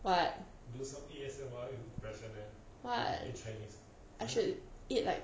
but why chinese actually eat like